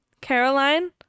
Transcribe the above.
caroline